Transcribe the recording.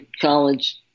college